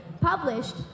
published